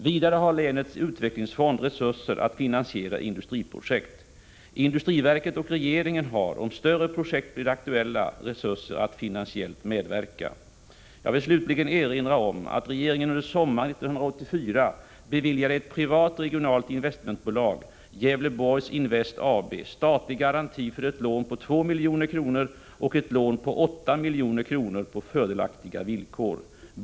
Vidare har länets utvecklingsfond resurser att finansiera industriprojekt. Industriverket och regeringen har, om större projekt blir aktuella, resurser att finansiellt medverka. Jag vill slutligen erinra om att regeringen under sommaren 1984 beviljade ett privat regionalt investmentbolag, Gävleborgs Invest AB, statlig garanti för ett lån på 2 milj.kr. och ett lån på 8 milj.kr. på fördelaktiga villkor.